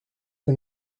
que